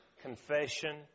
Confession